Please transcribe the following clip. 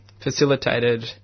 facilitated